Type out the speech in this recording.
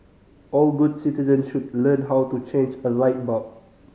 all good citizen should learn how to change a light bulb